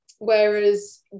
whereas